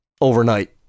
overnight